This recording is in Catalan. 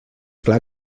clar